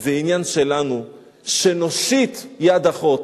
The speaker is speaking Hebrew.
זה עניין שלנו שנושיט יד אחות,